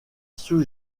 sous